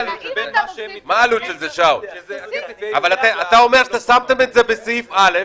אתה אומר ששמתם את זה בסעיף א,